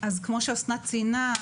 כמו שאסנת ציינה,